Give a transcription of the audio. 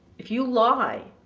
if you lie,